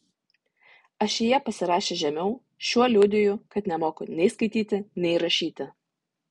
ašyje pasirašęs žemiau šiuo liudiju kad nemoku nei skaityti nei rašyti